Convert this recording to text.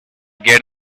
get